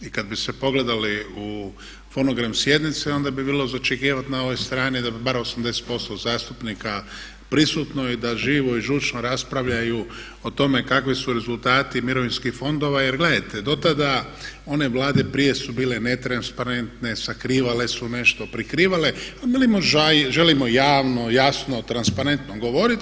I kad bi se pogledali u fonogram sjednice onda bi bilo za očekivati na ovoj strani da bi bar 80% zastupnika prisutno i da živo i žučno raspravljaju o tome kakvi su rezultati mirovinskih fondova jer gledajte dotada one Vlade prije su bile netransparentne, sakrivale su nešto, prikrivale a mi želimo javno, jasno, transparentno govoriti.